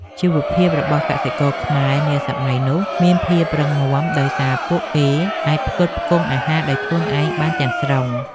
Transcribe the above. ជីវភាពរបស់កសិករខ្មែរនាសម័យនោះមានភាពរឹងមាំដោយសារពួកគេអាចផ្គត់ផ្គង់អាហារដោយខ្លួនឯងបានទាំងស្រុង។